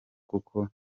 kuko